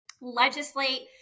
legislate